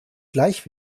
gleich